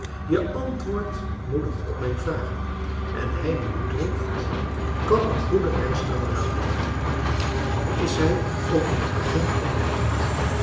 je antwoordt moedig op mijn vragen en hij die moed heeft kan een goede reiskameraad worden al is hij ook in het begin onwetend